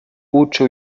uczył